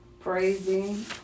praising